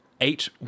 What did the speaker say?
eight